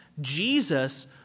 Jesus